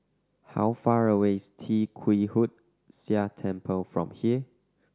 how far away is Tee Kwee Hood Sia Temple from here